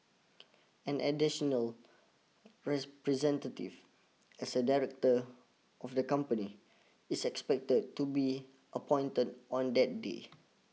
an additionalrepresentative as a director of the company is expected to be appointed on that day